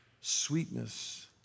sweetness